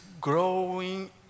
growing